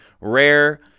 rare